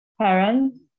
parents